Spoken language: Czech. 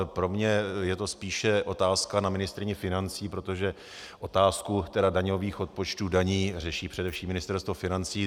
Pro mě je to spíše otázka na ministryni financí, protože otázku daňových odpočtů, daní, řeší především Ministerstvo financí.